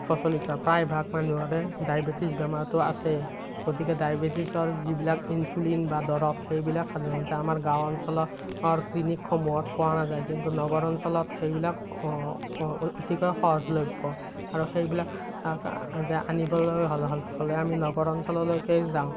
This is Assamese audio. প্ৰচলিত প্ৰায়ভাগ মানুহৰে ডায়বেটিছ বেমাৰটো আছে গতিকে ডায়বেটিছৰ যিবিলাক ইনচুলিন বা দৰৱ সেইবিলাক সাধাৰণতে আমাৰ গাঁও অঞ্চলৰ ক্লিনিকসমূুহত পোৱা নাযায় কিন্তু নগৰ অঞ্চলত সেইবিলাক অতিকৈ সহজলভ্য আৰু সেইবিলাক আনিবলৈ হ'লে হ'লে আমি নগৰ অঞ্চলৈকে যাওঁ